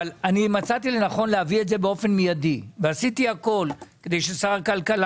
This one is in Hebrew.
מצאתי לנכון להביא את זה באופן מיידי ועשיתי הכול כדי ששר הכלכלה